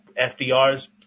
FDR's